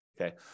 Okay